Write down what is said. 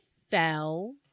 fell